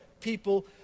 people